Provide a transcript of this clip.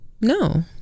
No